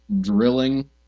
drilling